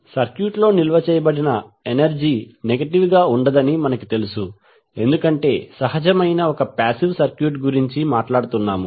సర్క్యూట్లో నిల్వ చేయబడిన ఎనర్జీ నెగటివ్ గా ఉండదని మనకు తెలుసు ఎందుకంటే సహజమైన ఒక పాశివ్ సర్క్యూట్ గురించి మనం మాట్లాడుతున్నాము